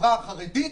בחברה החרדית.